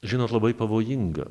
žinot labai pavojinga